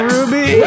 Ruby